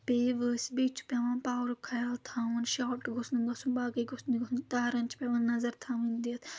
پیٚیہِ ؤسۍ بیٚیہِ چھُ پیٚوان پاورُک خیال تھاوُن شاٹ گوٚژھ نہٕ گژھُن باقٕے گوٚژھ نہٕ گژھُن تارَن چھُ پیٚوان نظر تھاوٕنۍ دِتھ